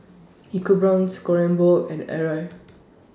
EcoBrown's Kronenbourg and Arai